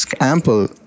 Ample